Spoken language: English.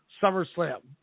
SummerSlam